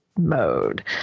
mode